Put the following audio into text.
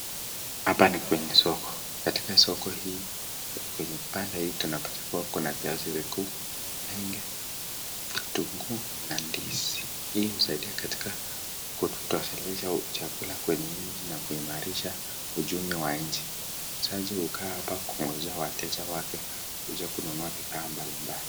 Hapa ni kwenye soko kkatika soko hii kwenye kipanda hii tunapata kuna viazi vikuu, malenge, vitunguu na ndizi. Hii husaidia katika kutusalisha chakula kwenye nchi na kuimarisha ujumi wa nchi. Mwuzaji hukaa hapa kumwuzia wateja wake kuja kununua bidhaa mbali mbali.